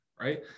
right